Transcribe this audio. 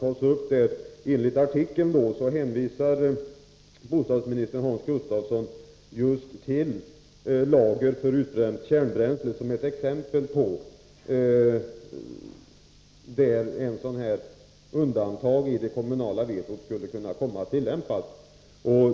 I denna artikel nämnde bostadsminister Hans Gustafsson just lager för slutförvaring av utbränt kärnbränsle som ett exempel på någonting som kunde ligga till grund för att undantag i det kommunala vetot skulle kunna tillämpas.